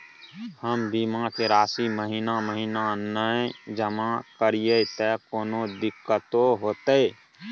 हम बीमा के राशि महीना महीना नय जमा करिए त कोनो दिक्कतों होतय?